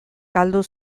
galdu